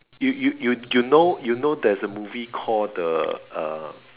you you you you know you know there's a movie called the uh